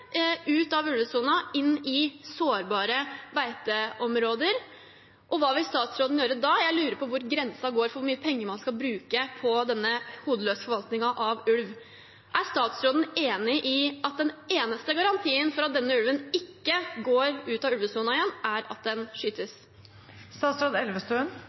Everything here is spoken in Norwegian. ut av ulvesona og inn i sårbare beiteområder. Hva vil statsråden gjøre da? Jeg lurer på hvor grensen går for hvor mye penger man skal bruke på denne hodeløse forvaltningen av ulv. Er statsråden enig i at den eneste garantien for at denne ulven ikke går ut av ulvesona igjen, er at den